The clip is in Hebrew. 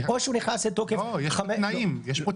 לא, יש פה תנאים.